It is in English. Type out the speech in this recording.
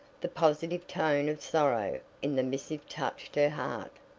the positive tone of sorrow in the missive touched her heart.